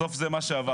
בסוף זה מה שעבר.